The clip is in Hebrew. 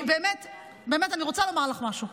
אני באמת רוצה לומר לך משהו.